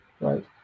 right